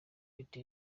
leta